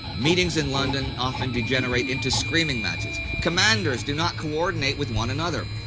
meetings in london often degenerate into screaming matches. commanders do not coordinate with one another.